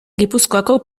gipuzkoako